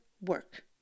work